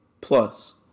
Plus